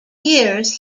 years